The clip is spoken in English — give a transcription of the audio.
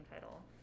title